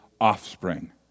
offspring